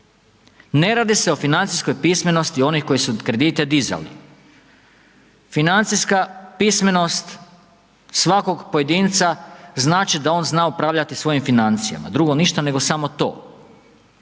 ne radi se o financijskoj pismenosti onih koji su kredite dizali. Financijska pismenost svakog pojedinca znači da on zna upravljati svojim financijama, drugo ništa nego samo to.